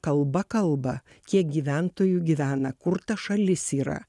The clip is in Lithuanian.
kalba kalba kiek gyventojų gyvena kur ta šalis yra